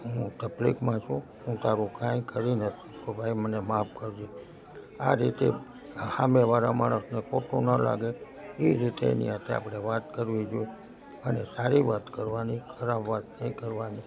હું તકલીફમાં છું હું તારો કંઈ કરી નથી શકતો તો ભાઈ મને માફ કરજે આ રીતે સામેવાળા માણસને ખોટું ન લાગે એ રીતે એની સાથે આપણે વાત કરવી જોઈએ અને સારી વાત કરવાની ખરાબ વાત નહીં કરવાની